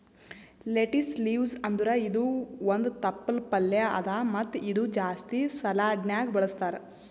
lettuce leaves ಅಂದುರ್ ಇದು ಒಂದ್ ತಪ್ಪಲ್ ಪಲ್ಯಾ ಅದಾ ಮತ್ತ ಇದು ಜಾಸ್ತಿ ಸಲಾಡ್ನ್ಯಾಗ ಬಳಸ್ತಾರ್